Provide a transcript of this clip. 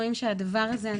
רואים שהדבר הזה,